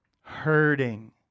hurting